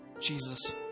Jesus